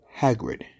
Hagrid